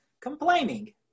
complaining